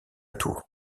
tour